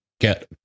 get